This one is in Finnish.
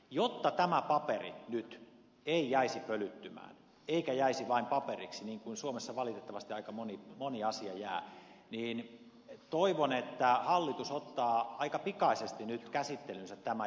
jotta tämä paperi nyt ei jäisi pölyttymään eikä jäisi vain paperiksi niin kuin suomessa valitettavasti aika moni asia jää niin toivon että hallitus ottaa aika pikaisesti nyt käsittelyynsä tämän